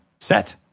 set